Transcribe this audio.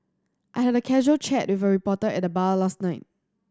I had a casual chat with a reporter at the bar last night